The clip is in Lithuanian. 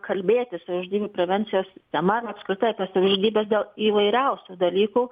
kalbėtis savižudybių prevencijos tema ir apskritai apie savižudybes dėl įvairiausių dalykų